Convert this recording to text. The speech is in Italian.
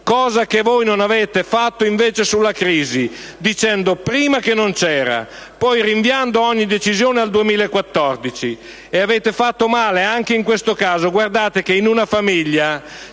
invece voi non avete fatto sulla crisi, dicendo prima che non c'era e poi rinviando ogni decisione al 2014. E avete fatto male anche in questo caso. Guardate che se il capofamiglia